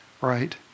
right